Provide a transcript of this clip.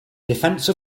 defense